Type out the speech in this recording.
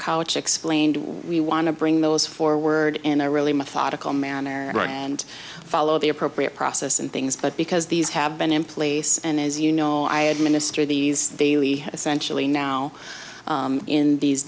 couch explained we want to bring those forward in a really methodical manner and follow the appropriate process and things but because these have been in place and as you know i administered these they really essentially now in these